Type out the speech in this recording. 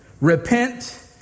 Repent